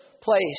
place